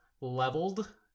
leveled